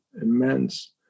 immense